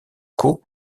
caux